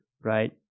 right